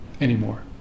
anymore